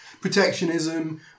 Protectionism